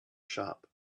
shop